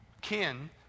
kin